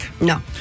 No